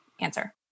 answer